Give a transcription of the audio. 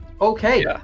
Okay